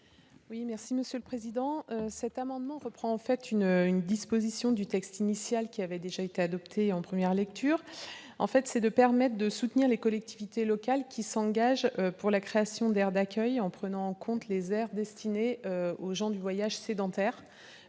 à Mme Sylviane Noël. Cet amendement reprend une disposition du texte initial, qui avait été adoptée en première lecture. Il s'agit de permettre de soutenir les collectivités locales qui s'engagent pour la création d'aires d'accueil en prenant en compte les aires destinées aux gens du voyage sédentaires,